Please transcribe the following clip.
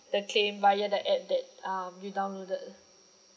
the claim via the app that um you downloaded